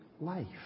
life